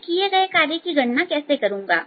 मैं किए गए कार्य की गणना कैसे करूंगा